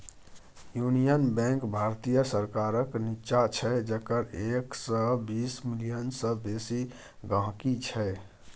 union Bank भारतीय सरकारक निच्चां छै जकर एक सय बीस मिलियन सय बेसी गांहिकी छै